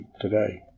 today